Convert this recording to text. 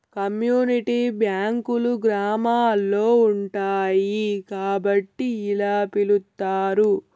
community బ్యాంకులు గ్రామాల్లో ఉంటాయి కాబట్టి ఇలా పిలుత్తారు